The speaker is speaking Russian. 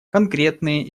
конкретные